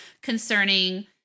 concerning